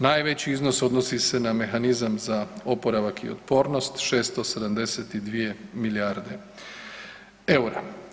Najveći iznos odnosi se na mehanizam za oporavak i otpornost 672 milijarde eura.